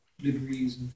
degrees